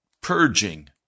purging